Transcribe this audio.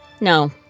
No